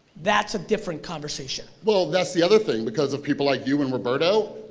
that's a different conversation. well that's the other thing because of people like you and roberto,